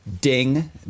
ding